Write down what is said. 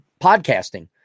podcasting